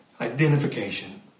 Identification